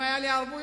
אם היו לי ערבויות,